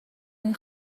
این